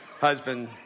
Husband